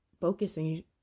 focusing